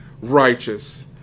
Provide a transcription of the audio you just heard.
righteous